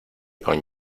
con